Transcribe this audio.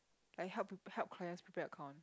I help people help clients prepare account